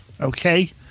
Okay